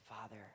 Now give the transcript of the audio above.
father